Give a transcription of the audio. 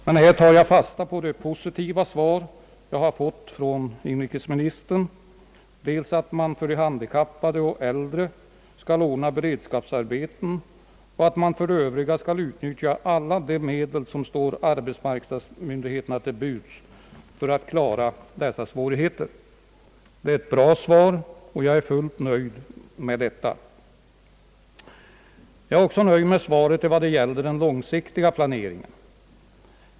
Men här tar jag fasta på det positiva svar jag fått från inrikesministern, att man för de handikappade och äldre skall ordna beredskapsarbeten och att man för de övriga skall utnyttja alla de medel som står arbetsmarknadsmyndigheterna till buds för att klara dessa svårigheter. Det är ett bra svar och jag är fullt nöjd med det. Jag är också nöjd med svaret som gäller den långsiktiga planeringen.